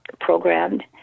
programmed